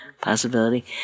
possibility